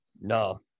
no